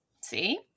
See